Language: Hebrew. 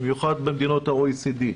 במיוחד במדינות OECD,